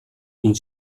une